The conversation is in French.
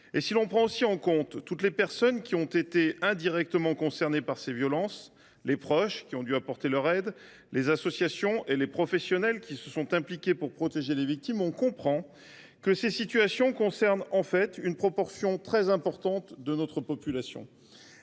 Si l’on tient aussi compte de toutes les personnes indirectement concernées par ces violences – les proches, qui ont dû apporter leur aide, mais aussi les associations et les professionnels qui se sont impliqués pour protéger les victimes –, l’on comprend que ces situations concernent une proportion très importante de notre population.